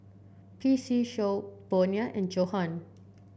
P C Show Bonia and Johan